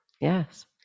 Yes